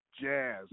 jazz